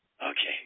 Okay